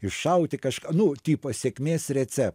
iššauti kažką nu tipo sėkmės receptą